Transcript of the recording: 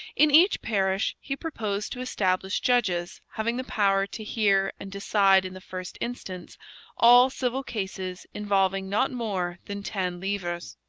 in each parish he proposed to establish judges having the power to hear and decide in the first instance all civil cases involving not more than ten livres.